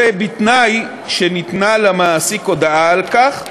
זה בתנאי שניתנה למעסיק הודעה על כך,